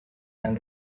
and